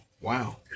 Wow